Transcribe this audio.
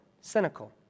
cynical